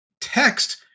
text